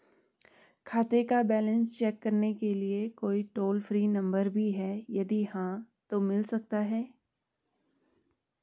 खाते का balance check करने के लिए कोई टॉल फ्री नम्बर भी है यदि हाँ तो मिल सकता है?